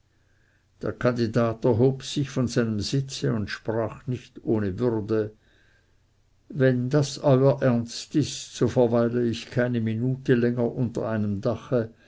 der kandidat erhob sich von seinem sitze und sprach nicht ohne würde wenn das euer ernst ist so verweile ich keine minute länger unter einem dache